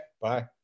bye